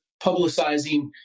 publicizing